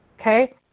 okay